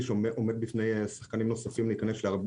כנ"ל מה שקשור למספור ולנכסים לאומיים.